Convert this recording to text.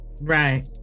Right